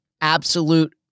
absolute